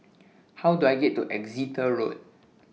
How Do I get to Exeter Road